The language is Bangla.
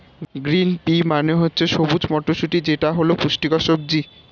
গ্রিন পি মানে হচ্ছে সবুজ মটরশুঁটি যেটা হল পুষ্টিকর সবজি